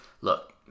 look